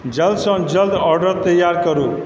जल्द सँ जल्द ऑर्डर तैयार करू